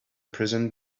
present